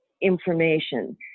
information